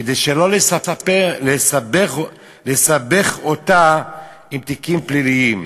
כדי שלא לסבך אותה בתיקים פליליים.